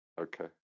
Okay